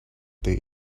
they